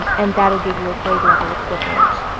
and that'll give you a great level equivalent.